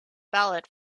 ballot